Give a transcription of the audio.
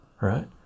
right